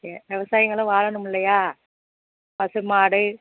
okay விவசாயிங்களும் வாழணும் இல்லையா பசுமாடு